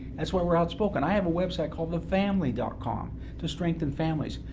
that's why we're outspoken. i have a website called thefamily dot com to strengthen families,